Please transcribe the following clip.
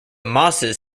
mosses